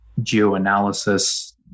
geoanalysis